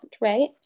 right